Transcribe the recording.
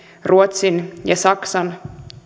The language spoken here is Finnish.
ruotsin ja saksan